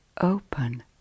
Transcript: open